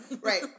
right